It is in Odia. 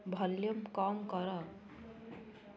ଭଲ୍ୟୁମ୍ କମ୍ କର